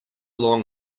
long